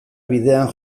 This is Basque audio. bidean